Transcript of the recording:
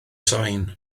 sain